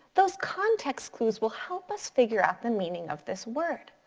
those context clues will help us figure out the meaning of this word.